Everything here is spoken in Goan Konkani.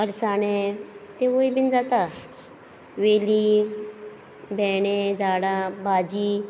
अळसांदे तिवूय बी जाता वेली भेंडे झाडां भाजी